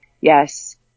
yes